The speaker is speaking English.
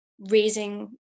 raising